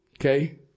Okay